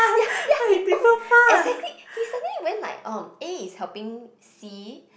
ya ya he talk exactly he suddenly went like um A is helping C